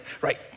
Right